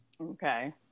Okay